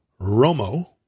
Romo